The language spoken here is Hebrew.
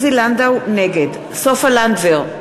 נגד סופה לנדבר,